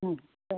ಹ್ಞೂ